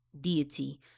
deity